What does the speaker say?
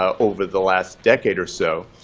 um over the last decade or so,